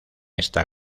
esta